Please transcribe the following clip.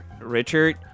Richard